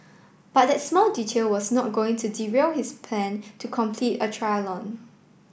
ut that small detail was not going to derail his plan to complete a